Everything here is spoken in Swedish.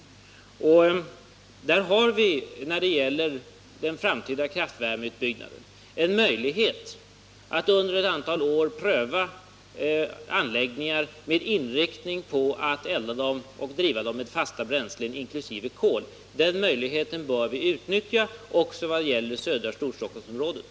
När det gäller den framtida kraftvärmeutbyggnaden har vi möjlighet att under ett antal år pröva anläggningar med inriktning på att senare ändra dem och driva dem med fasta bränslen inkl. kol. Den möjligheten bör vi utnyttja också i det södra Storstockholmsområdet.